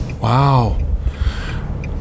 Wow